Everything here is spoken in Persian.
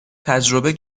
تجربه